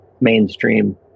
mainstream